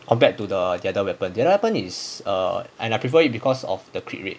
compared to the the other weapon the other weapon is err I prefer it because of the crit rate